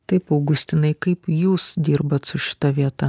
taip augustinai kaip jūs dirbat su šita vieta